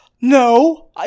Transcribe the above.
No